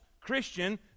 Christian